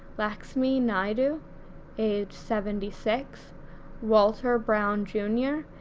laxmi naidu age seventy six walter brown jr.